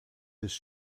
his